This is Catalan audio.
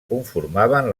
conformaven